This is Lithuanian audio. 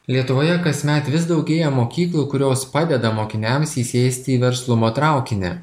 lietuvoje kasmet vis daugėja mokyklų kurios padeda mokiniams įsėsti į verslumo traukinį